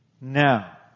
now